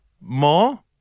more